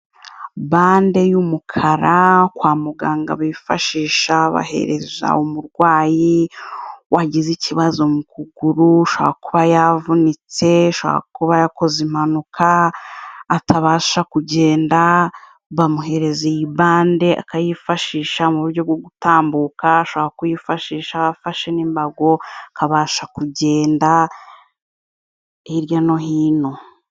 Bande y'umukara kwa muganga bifashisha bahereza umurwayi wagize ikibazo mu kuguru, ushobora kuba yavunitse, ushobora kuba yakoze impanuka, atabasha kugenda, bamuhereza iyi bande akayifashisha mu buryo bwo gutambuka, ashobora kuyifashisha afashe n'imbago, akabasha kugenda hirya no hino.